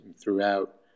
throughout